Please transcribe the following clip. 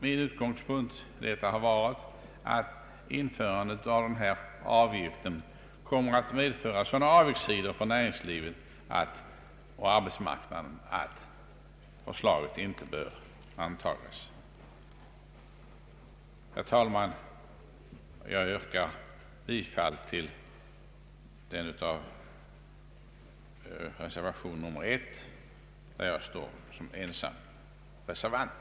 Min utgångspunkt har varit att införandet av denna avgift kommer att medföra sådana nackdelar för näringslivet och arbetsmarknaden att förslaget inte bör antagas. Herr talman! Jag yrkar bifall till reservationen 1, där jag står som ensam reservant.